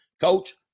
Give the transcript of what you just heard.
Coach